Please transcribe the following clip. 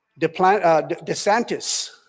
DeSantis